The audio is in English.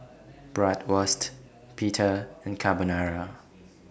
Bratwurst Pita and Carbonara